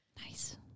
nice